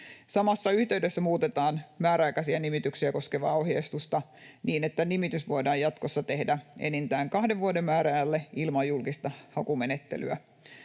Samassa yhteydessä muutetaan määräaikaisia nimityksiä koskevaa ohjeistusta niin, että nimitys voidaan jatkossa tehdä enintään kahden vuoden määräajalle ilman julkista hakumenettelyä.